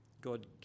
God